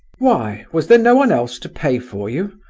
why? was there no one else to pay for you?